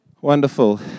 wonderful